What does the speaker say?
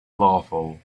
lawful